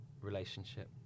relationship